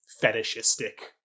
fetishistic